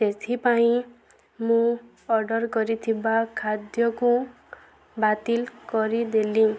ସେଥିପାଇଁ ମୁଁ ଅର୍ଡ଼ର କରିଥିବା ଖାଦ୍ୟକୁଁ ବାତିଲ କରିଦେଲି